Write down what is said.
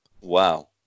Wow